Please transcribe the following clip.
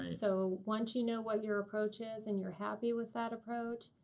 and so once you know what your approach is and you're happy with that approach,